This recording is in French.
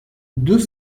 deux